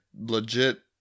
legit